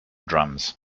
drums